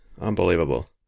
Unbelievable